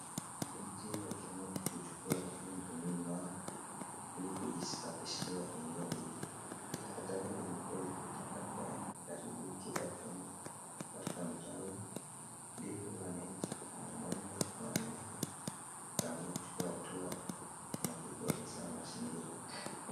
Wananchi wakiamua kuchukua hatua mkononi mwao ilikujisafishia eneo hili, takataka limekuwa likitapakaa karibu kila kona katika mtaa huu ndipo wananchi wanaume kwa wanawake wakaamua kuchukua hatua na kuboresha mazingira.